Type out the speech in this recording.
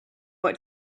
what